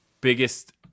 biggest